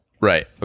Right